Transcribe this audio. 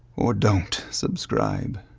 or don't subscribe.